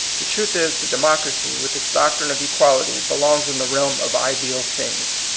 the truth is, the democracy, with its doctrine of equality, belongs in the realm of ideal things,